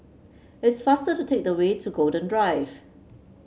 it's faster to take the way to Golden Drive